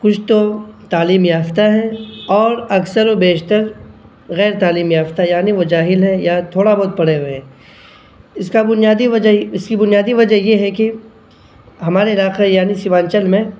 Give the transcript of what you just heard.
کچھ تو تعلیم یافتہ ہیں اور اکثر و بیشتر غیرتعلیم یافتہ یعنی وہ جاہل ہیں یا تھوڑا بہت پڑھے ہوئے ہیں اس کا بنیادی وجہ اس کی بنیادی وجہ یہ ہے کہ ہمارے علاقہ یعنی سیمانچل میں